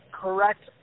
correct